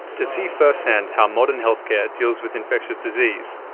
to see firsthand how modern healthcare deals with infectious disease,